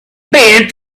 been